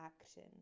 action